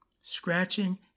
Scratching